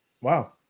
Wow